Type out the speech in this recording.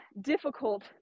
difficult